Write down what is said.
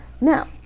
Now